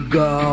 go